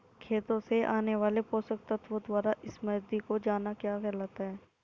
खेतों से आने वाले पोषक तत्वों द्वारा समृद्धि हो जाना क्या कहलाता है?